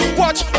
watch